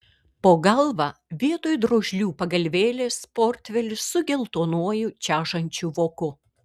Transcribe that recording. po galva vietoj drožlių pagalvėlės portfelis su geltonuoju čežančiu voku